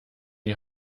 die